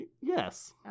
Yes